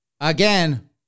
again